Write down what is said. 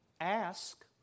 Ask